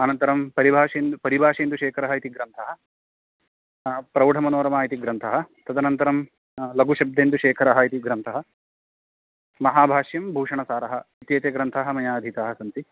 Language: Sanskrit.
अनन्तरं परिभाषेन्दु परिभाषेन्दुशेखरः इति ग्रन्थः प्रौढमनोरमा इति ग्रन्थः तदनन्तरं लघुशब्देन्दुशेखरः इति ग्रन्थः महाभाष्यं भूषणसारः इत्येते ग्रन्थाः मया अधीताः सन्ति